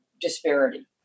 disparity